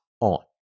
on